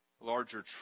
larger